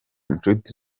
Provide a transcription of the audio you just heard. nshuti